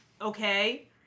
Okay